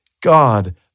God